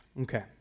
Okay